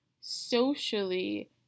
socially